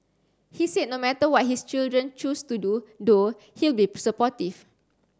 he said no matter what his children choose to do though he'll be supportive